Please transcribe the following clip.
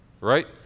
right